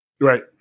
right